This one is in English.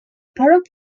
part